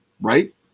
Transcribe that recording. Right